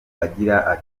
agira